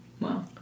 Wow